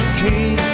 king